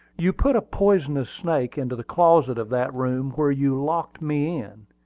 you put a poisonous snake into the closet of that room where you locked me in.